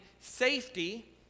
safety